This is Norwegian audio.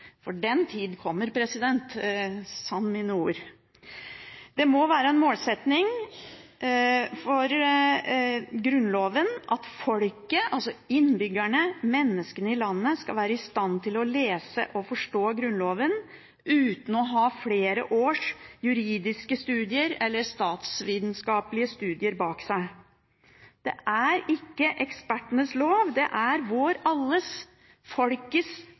For den tid kommer – sann mine ord! Det må være en målsetting at folket – altså innbyggerne, menneskene i landet – skal være i stand til å lese og forstå Grunnloven uten å ha flere års juridiske eller statsvitenskapelige studier bak seg. Det er ikke ekspertenes lov; det er vår alles, folkets,